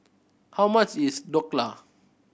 how much is Dhokla